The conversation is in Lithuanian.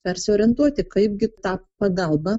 persiorientuoti kaipgi tą pagalbą